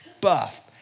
buff